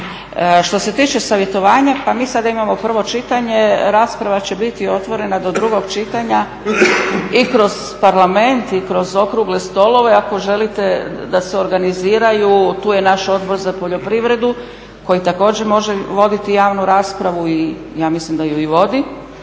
Što se tiče savjetovanja, pa mi sada imamo prvo čitanje, rasprava će biti otvorena do drugog čitanja i kroz parlament i kroz okrugle stolove ako želite da se organiziraju, tu je naš Odbor za poljoprivredu koji također može voditi javnu raspravu i ja mislim da ju i vodi.